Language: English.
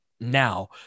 now